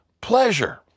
pleasure